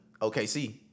OKC